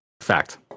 fact